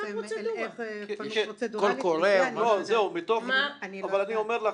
אני לא יודעת.